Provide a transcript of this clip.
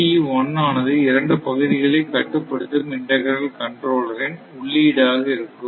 ACE 1 ஆனது இரண்டு பகுதிகளை கட்டுப்படுத்தும் இன்டகிரல் கண்ட்ரோலர் இன் உள்ளீடாக இருக்கும்